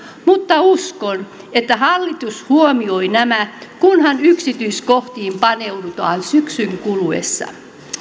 mutta uskon että hallitus huomioi nämä kunhan yksityiskohtiin paneudutaan syksyn kuluessa